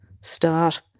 start